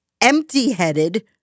empty-headed